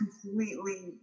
completely